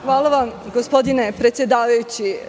Hvala vam, gospodine predsedavajući.